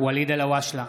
ואליד אלהואשלה,